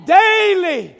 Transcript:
daily